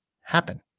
happen